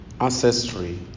ancestry